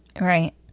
Right